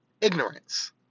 Ignorance